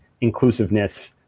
inclusiveness